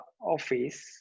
office